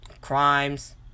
crimes